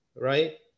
right